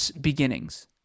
beginnings